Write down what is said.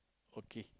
okay